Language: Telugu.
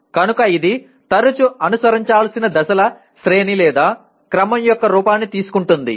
కనుక ఇది తరచూ అనుసరించాల్సిన దశల శ్రేణి లేదా క్రమం యొక్క రూపాన్ని తీసుకుంటుంది